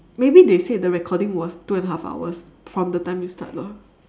maybe they said the recording was two and a half hours from the time we start lah